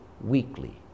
weekly